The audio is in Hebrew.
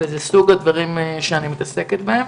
זה סוג הדברים שאני מתעסקת בהם.